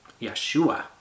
Yeshua